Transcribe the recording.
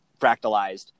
fractalized